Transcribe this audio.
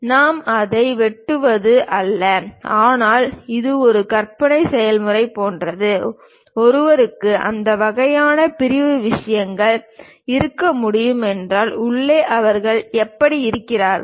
நாம் அதை வெட்டுவது அல்ல ஆனால் இது ஒரு கற்பனை செயல்முறை போன்றது ஒருவருக்கு அந்த வகையான பிரிவு விஷயங்கள் இருக்க முடியும் என்றால் உள்ளே அவர்கள் எப்படி இருக்கிறார்கள்